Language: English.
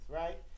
right